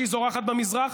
שהיא זורחת במזרח,